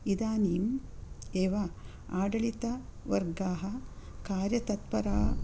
इदानीम् एव आढळितवर्गाः कार्यतत्परा